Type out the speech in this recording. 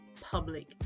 public